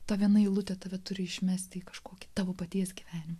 ta viena eilutė tave turi išmesti į kažkokį tavo paties gyvenimą